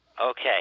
Okay